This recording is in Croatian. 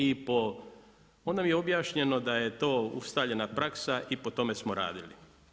I po onda mi je objašnjeno da je to ustaljena praksa i po tome smo radili.